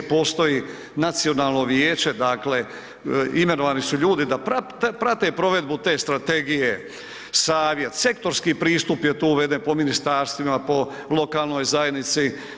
Postoji Nacionalno vijeće, dakle imenovani su ljudi da prate provedbu te strategije, savjet, sektorski pristup je tu uveden po ministarstvima, po lokalnoj zajednici.